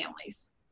families